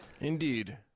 Indeed